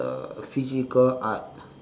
the physical art